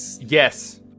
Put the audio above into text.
yes